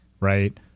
Right